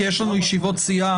כי יש לנו ישיבות סיעה.